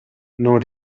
non